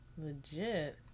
legit